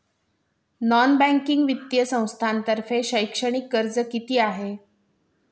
Non banking वित्तीय संस्थांतर्फे शैक्षणिक कर्ज किती आहे?